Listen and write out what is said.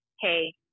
Hey